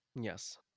Yes